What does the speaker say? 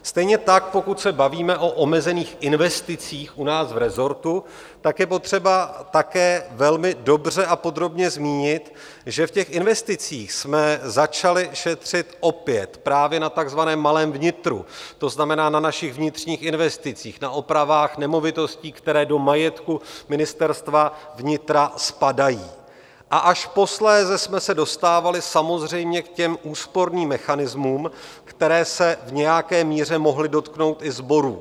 Stejně tak pokud se bavíme o omezených investicích u nás v resortu, tak je potřeba také velmi dobře a podrobně zmínit, že v těch investicích jsme začali šetřit opět právě na takzvaném malém vnitru, to znamená na našich vnitřních investicích, na opravách nemovitostí, které do majetku Ministerstva vnitra spadají, a až posléze jsme se dostávali samozřejmě k těm úsporným mechanismům, které se v nějaké míře mohly dotknout i sborů.